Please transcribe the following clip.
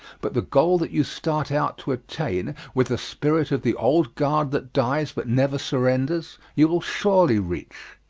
but the goal that you start out to attain with the spirit of the old guard that dies but never surrenders, you will surely reach.